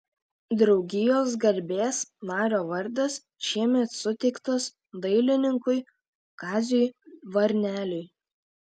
draugijos garbės nario vardas šiemet suteiktas dailininkui kaziui varneliui